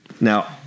Now